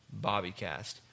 bobbycast